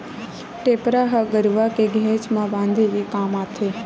टेपरा ह गरुवा मन के घेंच म बांधे के काम आथे